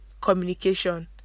communication